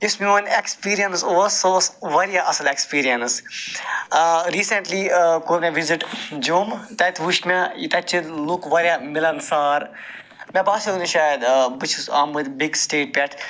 یُس میون ایٚکسپیٖریَنس اوس سُہ اوس واریاہ اصٕل ایٚکسپیٖریَنس ریٖسیٚنٹلی کوٚر مےٚ وِزِٹ جوٚم تتہِ وٕچھ مےٚ تتہِ چھِ لُکھ واریاہ مِلَن سار مےٚ باسیو نہٕ شاید بہٕ چھُس آمُت بیٚکہِ سٹیٹ پٮ۪ٹھ